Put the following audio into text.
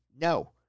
No